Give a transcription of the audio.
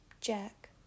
Jack